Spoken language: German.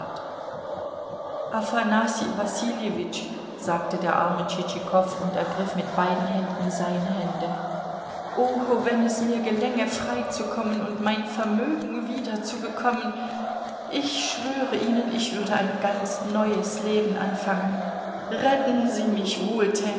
wassiljewitsch sagte der arme tschitschikow und ergriff mit beiden händen seine hände oh wenn es mir gelänge freizukommen und mein vermögen wiederzubekommen ich schwöre ihnen ich würde ein ganz neues leben anfangen retten sie mich